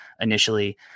initially